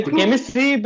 chemistry